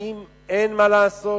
האם אין מה לעשות?